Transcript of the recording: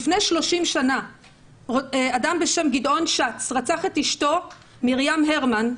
לפני שלושים שנים אדם בשם גדעון שץ רצח את אשתו מרים הרמן,